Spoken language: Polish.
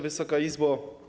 Wysoka Izbo!